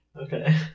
Okay